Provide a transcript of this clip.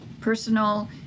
personal